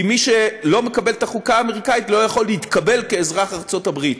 כי מי שלא מקבל את החוקה האמריקנית לא יכול להתקבל כאזרח ארצות הברית.